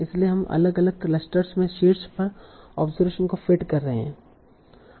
इसलिए हम अलग अलग क्लस्टर्स में शीर्ष पर ऑब्जरवेशन को फिट कर रहे हैं